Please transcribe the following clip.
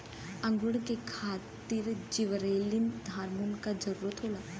अंकुरण के खातिर जिबरेलिन हार्मोन क जरूरत होला